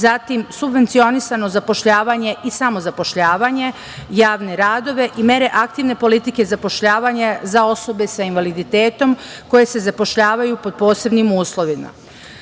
zatim, subvencionisano zapošljavanje i samozapošljavanje, javne radove i mere aktivne politike zapošljavanja za osobe sa invaliditetom koje se zapošljavaju pod posebnim uslovima. Planirano